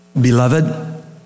Beloved